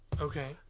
Okay